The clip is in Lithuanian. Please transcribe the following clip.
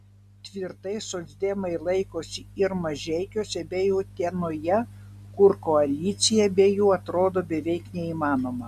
tvirtai socdemai laikosi ir mažeikiuose bei utenoje kur koalicija be jų atrodo beveik neįmanoma